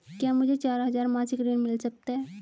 क्या मुझे चार हजार मासिक ऋण मिल सकता है?